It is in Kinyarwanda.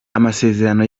amasezerano